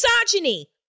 misogyny